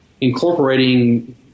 incorporating